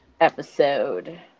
episode